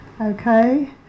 okay